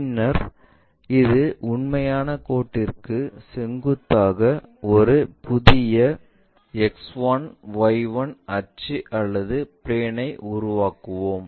பின்னர் இந்த உண்மையான கோட்டிற்கு செங்குத்தாக ஒரு புதிய X1 Y1 அச்சு அல்லது பிளேன் ஐ உருவாக்குவோம்